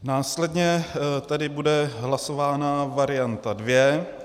Následně tedy bude hlasována varianta 2.